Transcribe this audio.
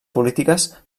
polítiques